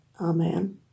amen